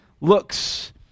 looks